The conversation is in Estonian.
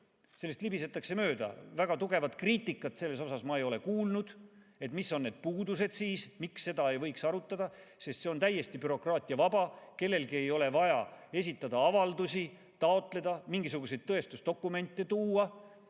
Sellest libisetakse mööda. Väga tugevat kriitikat selle kohta ei ole ma kuulnud, mis on need puudused, miks seda ei võiks arutada. See on täiesti bürokraatiavaba, kellelgi ei ole vaja esitada avaldusi, taotleda, mingisuguseid tõestusdokumente tuua.